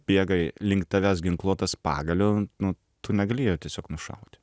bėga link tavęs ginkluotas pagaliu nu tu negali jo tiesiog nušauti